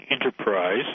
Enterprise